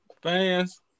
Fans